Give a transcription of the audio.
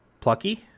plucky